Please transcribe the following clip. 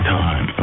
time